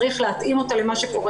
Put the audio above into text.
צריך להתאים אותה למה שקורה